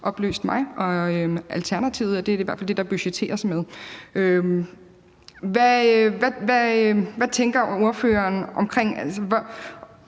og Alternativet; det er i hvert fald det, der budgetteres med. Hvad tænker ordføreren om